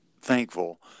thankful